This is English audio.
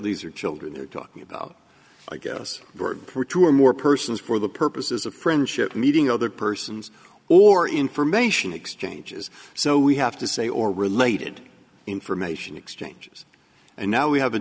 these are children they're talking about i guess for two or more persons for the purposes of friendship meeting other persons or information exchanges so we have to say or related information exchanges and now we have a